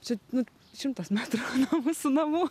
čia nu šimtas metrų nuo mūsų namų